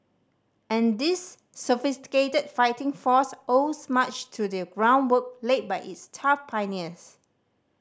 and this sophisticated fighting force owes much to the groundwork laid by its tough pioneers